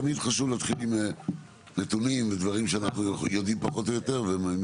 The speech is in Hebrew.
תמיד חשוב להתחיל עם נתונים ודברים שאנחנו יודעים פחות או יותר.